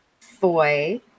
Foy